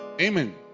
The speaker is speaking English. Amen